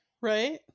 right